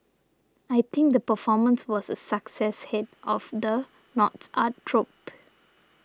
I think the performance was a success head of the North's art troupe